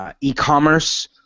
E-commerce